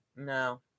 No